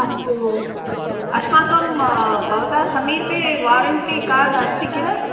अस्तु अस्माकं भवतः समीपे वारण्टि कार्ड् अस्ति किल